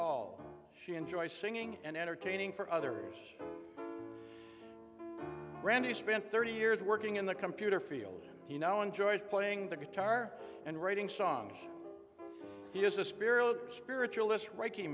all she enjoys singing and entertaining for other randy spent thirty years working in the computer field he now enjoys playing the guitar and writing songs he is a spiritual spiritualist reiki